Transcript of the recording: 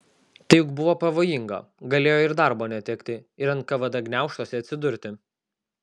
tai juk buvo pavojinga galėjo ir darbo netekti ir nkvd gniaužtuose atsidurti